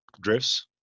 drifts